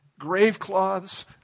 gravecloths